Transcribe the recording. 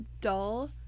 dull